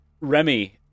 Remy